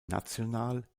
national